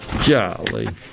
Jolly